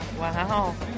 wow